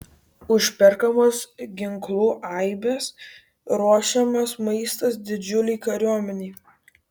užperkamos ginklų aibės ruošiamas maistas didžiulei kariuomenei